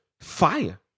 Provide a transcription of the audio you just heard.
fire